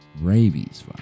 rabies